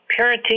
parenting